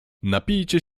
napijcie